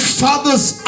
father's